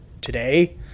today